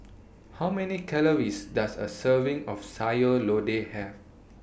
How Many Calories Does A Serving of Sayur Lodeh Have